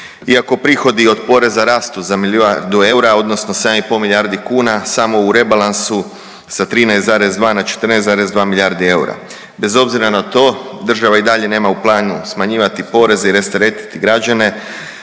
Iako prihodi od poreza rastu za milijardu eura, odnosno 7,5 milijardi kuna, samo u rebalansu sa 13,2 na 14,2 milijardi eura. Bez obzira na to država i dalje nema u planu smanjivati poreze i rasteretiti građane,